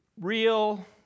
Real